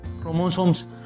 chromosomes